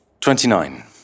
Twenty-nine